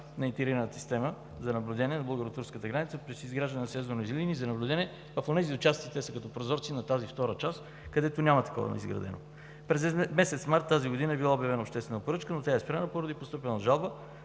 на интегрираната система за наблюдение на българо-турската граница чрез изграждане на сензорни линии за наблюдение в онези участъци, те са като прозорци на тази втора част, където няма такива изградени. През месец март тази година е била обявена обществена поръчка, но е спряна, поради постъпила жалба